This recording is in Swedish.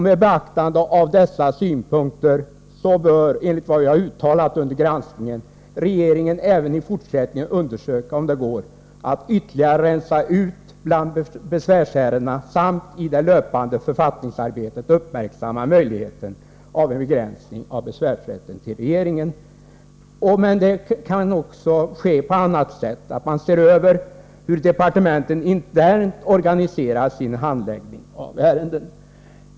Med beaktande av dessa synpunkter bör enligt vad jag har uttalat under granskningen regeringen även i fortsättningen undersöka om det går att ytterligare rensa ut bland besvärsärendena samt i det löpande författningsarbetet uppmärksamma möjligheter till en begränsning av besvärsärenden till regeringen. Det kan också ske på annat sätt, t.ex. genom att se över hur departementen internt organiserar sin handläggning av ärenden.